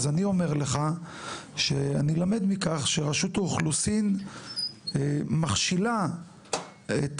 אני אומר לך שאני למד מכך שרשות האוכלוסין מכשילה את